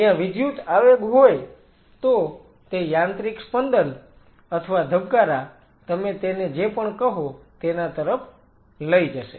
જો ત્યાં વિદ્યુત આવેગ હોય તો તે યાંત્રિક સ્પંદન અથવા ધબકારા તમે તેને જે પણ કહો તેના તરફ લઈ જશે